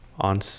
On